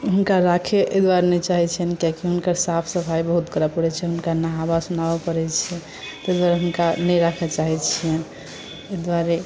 हुनकर राखि एहि दुआरे बैसल हुनकर साफ़ सफाई बहुत करय पड़ैत छै हुनका नहाबऽ सुनाबऽ पड़ैत छै ताहि दुआरे हुनका नहि राखय चाहैत छियनि ताहि दुआरे